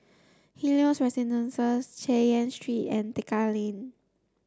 Helios Residences Chay Yan Street and Tekka Lane